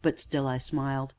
but still i smiled.